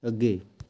ਅੱਗੇ